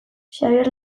xabier